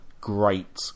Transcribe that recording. great